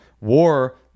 war